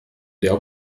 der